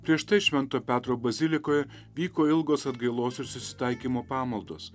prieš tai švento petro bazilikoj vyko ilgos atgailos ir susitaikymo pamaldos